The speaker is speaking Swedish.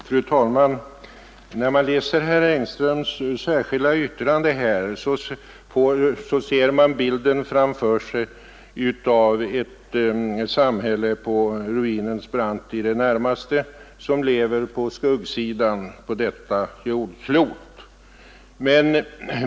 Fru talman! När man läser herr Engströms särskilda yttrande ser man framför sig bilden av ett samhälle som i det närmaste befinner sig på: ruinens brant och som lever på skuggsidan av jordklotet.